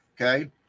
okay